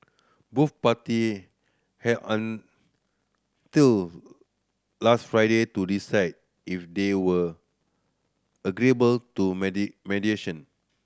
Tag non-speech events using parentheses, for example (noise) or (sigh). both party had until last Friday to decide if they were agreeable to (unintelligible) mediation